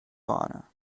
honor